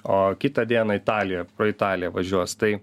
o kitą dieną italija pro italiją važiuos tai